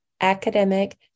Academic